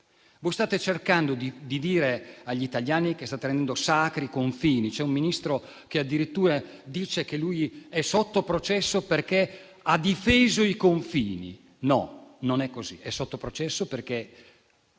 Voi state cercando di dire agli italiani che state rendendo sacri i confini. C'è un Ministro che addirittura dice di essere sotto processo perché ha difeso i confini. No, non è così. È sotto processo perché